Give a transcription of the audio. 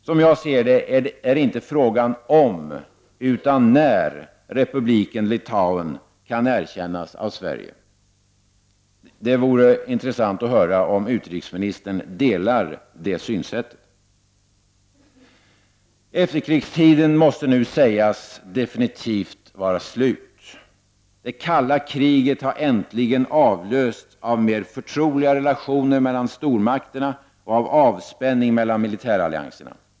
Som jag ser saken är frågan inte huruvida utan när republiken Litauen kan erkännas av Sverige. Det vore intressant att höra om utrikesministern delar det synsättet. Efterkrigstiden måste nu sägas vara definitivt slut. Det kalla kriget har äntligen avlösts av mer förtroliga relationer mellan stormakterna och av avspänning mellan militärallianserna.